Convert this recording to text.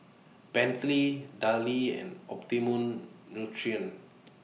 Bentley Darlie and Optimum Nutrition